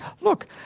Look